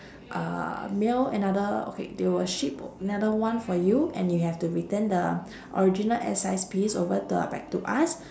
uh mail another okay they will ship another one for you and you have to return the original S size piece over to our pack~ to us